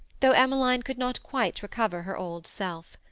though emmeline could not quite recover her old self.